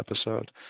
episode